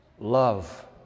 love